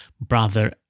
brother